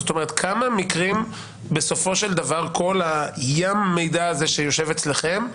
זאת אומרת, עם כל ים המידע הזה שיושב אצלכם,